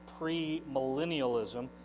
premillennialism